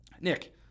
Nick